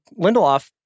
Lindelof